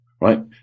Right